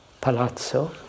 palazzo